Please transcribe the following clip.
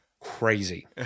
crazy